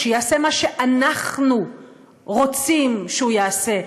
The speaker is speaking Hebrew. שיעשה מה שאנחנו רוצים שהוא יעשה,